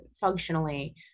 functionally